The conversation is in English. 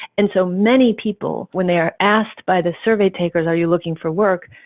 and so many people when they are asked by the survey takers, are you looking for work?